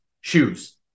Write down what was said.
shoes